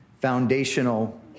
foundational